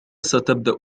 ستبدأ